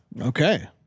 Okay